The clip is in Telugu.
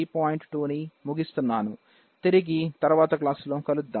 2ని ముగిస్తున్నాను తిరిగి తరువాత క్లాస్లో కలుద్దాం